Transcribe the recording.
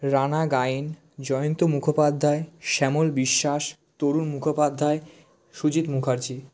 Rana Gayen Jayanta Mukhopadhyay Shyamal Biswas Tarun Mukhopadhyay Sujit Mukherjee